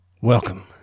Welcome